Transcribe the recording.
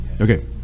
okay